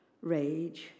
rage